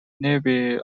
nearby